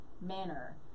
manner